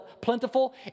plentiful